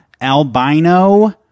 albino